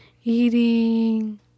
Eating